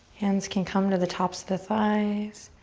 hands can come to the tops of the thighs.